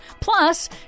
Plus